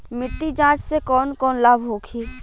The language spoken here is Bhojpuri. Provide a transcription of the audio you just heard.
मिट्टी जाँच से कौन कौनलाभ होखे?